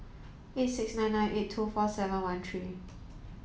eight six nine nine eight two four seven one three